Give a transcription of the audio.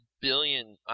billion